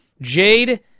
Jade